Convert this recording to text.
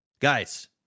Guys